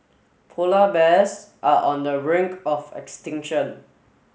polar bears are on the brink of extinction